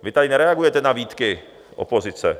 Vy tady nereagujete na výtky opozice.